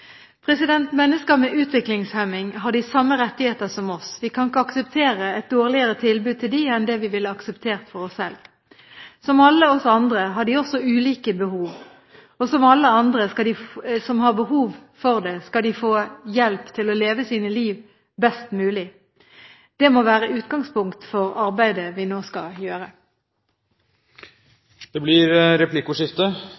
Mennesker med utviklingshemning har de samme rettighetene som oss. Vi kan ikke akseptere et dårligere tilbud til dem enn det vi ville akseptert for oss selv. Som alle oss andre har de også ulike behov, og som alle oss andre skal de få hjelp til å leve sitt liv best mulig. Det må være utgangspunktet for arbeidet vi nå skal